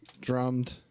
drummed